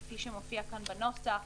כפי שמופיע כאן בנוסח,